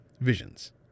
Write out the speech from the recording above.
Visions